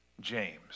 James